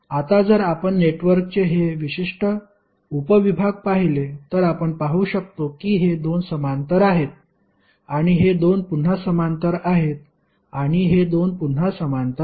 आता जर आपण नेटवर्कचे हे विशिष्ट उपविभाग पाहिले तर आपण पाहू शकतो की हे 2 समांतर आहेत आणि हे 2 पुन्हा समांतर आहेत आणि हे 2 पुन्हा समांतर आहेत